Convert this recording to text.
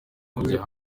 kujya